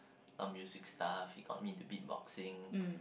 a music stuff he got me into beat boxing